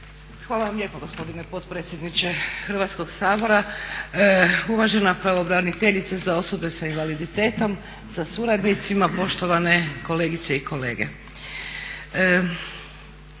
Hvala vam lijepa gospodine potpredsjedniče Hrvatskog sabora, uvažena pravobraniteljice za osobe s invaliditetom sa suradnicima, poštovane kolegice i kolege.